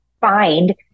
find